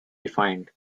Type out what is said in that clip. defined